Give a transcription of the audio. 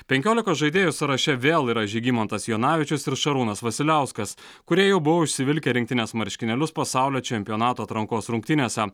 penkiolikos žaidėjų sąraše vėl yra žygimantas janavičius ir šarūnas vasiliauskas kurie jau buvo užsivilkę rinktinės marškinėlius pasaulio čempionato atrankos rungtynėse